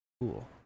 Cool